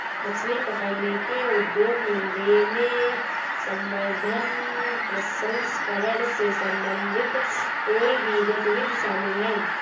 मछली पकड़ने के उद्योग में लेने, संवर्धन, प्रसंस्करण से संबंधित कोई भी गतिविधि शामिल है